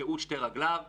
אי-אפשר לייצר שירות טוב.